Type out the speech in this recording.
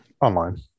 online